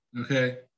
Okay